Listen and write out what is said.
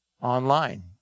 online